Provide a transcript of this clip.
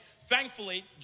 Thankfully